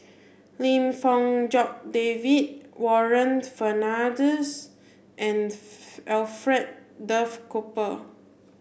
Lim Fong Jock David Warren Fernandez and Alfred Duff Cooper